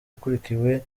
akurikiwe